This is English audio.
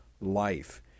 life